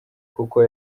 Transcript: kuko